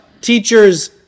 Teachers